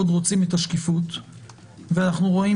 אנחנו רוצים מאוד את השקיפות ואנחנו רואים